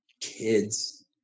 kids